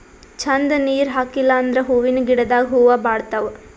ಛಂದ್ ನೀರ್ ಹಾಕಿಲ್ ಅಂದ್ರ ಹೂವಿನ ಗಿಡದಾಗ್ ಹೂವ ಬಾಡ್ತಾವ್